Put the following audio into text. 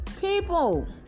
people